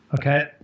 Okay